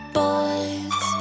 boys